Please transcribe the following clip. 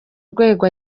urwego